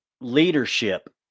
leadership